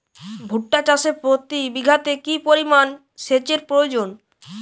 ভুট্টা চাষে প্রতি বিঘাতে কি পরিমান সেচের প্রয়োজন?